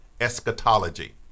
eschatology